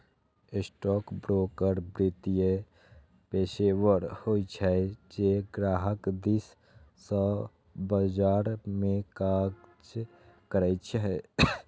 stockbroker वित्तीय पेशेवर होइ छै, जे ग्राहक दिस सं बाजार मे काज करै छै